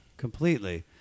Completely